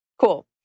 cool